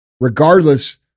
regardless